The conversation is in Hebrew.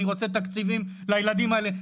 אני רוצה תקציבים לילדים האלה.